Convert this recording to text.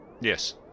Yes